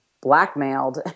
blackmailed